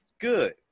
good